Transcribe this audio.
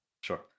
Sure